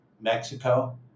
Mexico